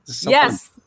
Yes